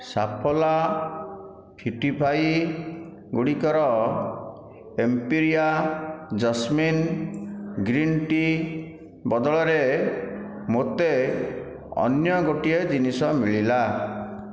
ସାଫୋଲା ଫିଟ୍ଟିଫାଇଗୁଡ଼ିକର imperial jasmine green tea' ବଦଳରେ ମୋତେ ଅନ୍ୟ ଗୋଟିଏ ଜିନିଷ ମିଳିଲା